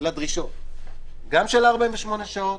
לדרישות, גם של 48 שעות